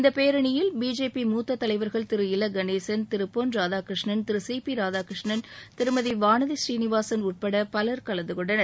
இந்த பேரணியில் பிஜேபி மூத்தத் தலைவர்கள் திரு இல கணேசன் திரு பொன் ராதாகிருஷ்ணன் திரு சி பி ராதாகிருஷ்ணன் திருமதி வானதி ஸ்ரீநிவாசன் உட்பட பலர் கலந்துகொண்டனர்